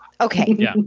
okay